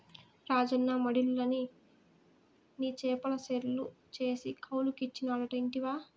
రాజన్న మడిలన్ని నీ చేపల చెర్లు చేసి కౌలుకిచ్చినాడట ఇంటివా